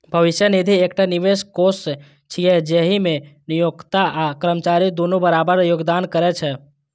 भविष्य निधि एकटा निवेश कोष छियै, जाहि मे नियोक्ता आ कर्मचारी दुनू बराबर योगदान करै छै